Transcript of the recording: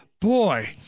boy